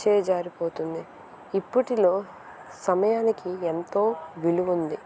చేజారిపోతుంది ఇప్పటిలో సమయానికి ఎంతో విలువ ఉంది